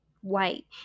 white